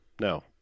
No